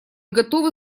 готовы